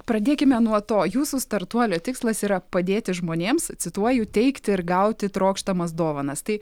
pradėkime nuo to jūsų startuolio tikslas yra padėti žmonėms cituoju teikti ir gauti trokštamas dovanas tai